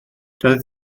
doedd